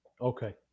Okay